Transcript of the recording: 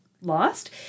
lost